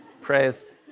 praise